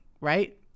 right